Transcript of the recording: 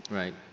right.